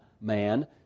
man